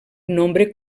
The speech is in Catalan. nombre